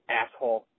asshole